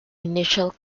initial